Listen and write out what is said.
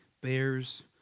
bears